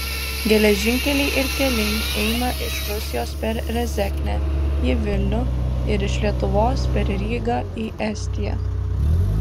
geležinkeliai ir keliai eina iš rusijos per rezeknę į vilnių ir iš lietuvos per rygą į estiją